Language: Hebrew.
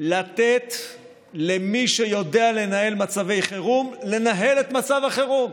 לתת למי שיודע לנהל מצבי חירום לנהל את מצב החירום.